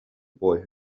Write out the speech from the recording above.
boy